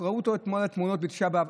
ראו את כל התמונות בתשעה באב,